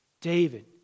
David